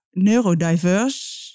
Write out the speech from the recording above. neurodiverse